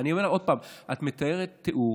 אני אומר עוד פעם: את מתארת תיאור